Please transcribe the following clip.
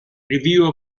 review